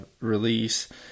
release